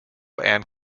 and